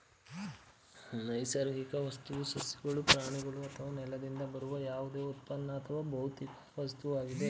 ನೈಸರ್ಗಿಕ ವಸ್ತುವು ಸಸ್ಯಗಳು ಪ್ರಾಣಿಗಳು ಅಥವಾ ನೆಲದಿಂದ ಬರುವ ಯಾವುದೇ ಉತ್ಪನ್ನ ಅಥವಾ ಭೌತಿಕ ವಸ್ತುವಾಗಿದೆ